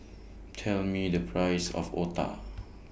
Tell Me The Price of Otah